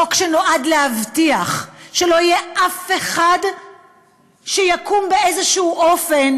חוק שנועד להבטיח שלא יהיה אף אחד שיקום באיזשהו אופן